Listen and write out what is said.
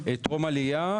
טרום עלייה,